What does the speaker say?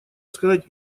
сказать